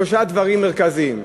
שלושה דברים מרכזיים.